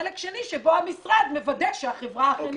וחלק שני שבו המשרד מוודא שהחברה אכן הציעה.